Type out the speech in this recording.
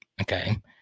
okay